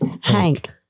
hank